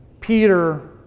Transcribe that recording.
Peter